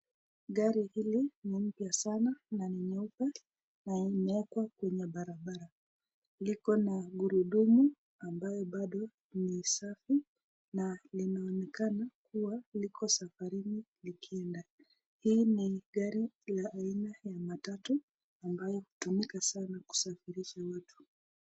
Gari hili ni mpya sana na ni nyeupe na imewekwa kwenye barabara. Liko na gurudumu ambayo bado nni safi na linaonekana liko safarini ikienda. Hii ni gari yaaina ya matatu ambayo hutumika sana kiusafirisha watu.